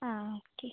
ആ ഓക്കെ